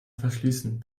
verschließen